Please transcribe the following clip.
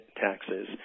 taxes